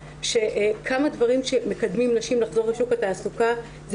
שכמה דברים שמקדמים נשים לחזור לשוק התעסוקה זה